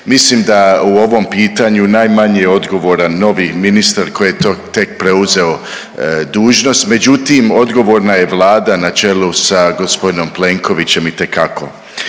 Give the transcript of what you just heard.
Mislim da u ovom pitanju najmanje odgovoran novi ministar koji je to tek preuzeo dužnost, međutim odgovorna je Vlada na čelu sa gospodinom Plenkovićem itekako.